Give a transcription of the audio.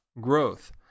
growth